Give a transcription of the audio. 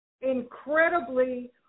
incredibly